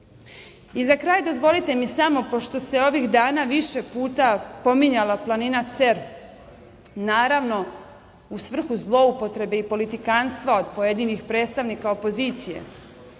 EU.Za kraj dozvolite mi samo, pošto se ovih dana više puta pominjala planina Cer, naravno u svrhu zloupotrebe i politikanstva od pojedinih predstavnika opozicije. Rođena